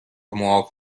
معاف